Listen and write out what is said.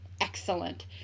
excellent